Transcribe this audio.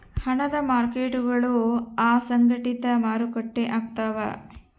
ಹಣದ ಮಾರ್ಕೇಟ್ಗುಳು ಅಸಂಘಟಿತ ಮಾರುಕಟ್ಟೆ ಆಗ್ತವ